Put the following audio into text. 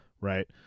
Right